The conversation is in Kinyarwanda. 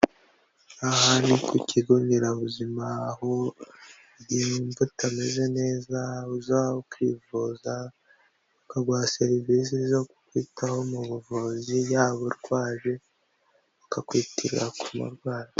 Aha ni ku ikigo nderabuzima, aho iyo wumva utameze neza uza kwivuza, bakaguha serivisi zo kukwitaho mu buvuzi yaba urwaje bakakwitira k'umurwayi.